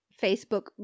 Facebook